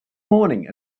morning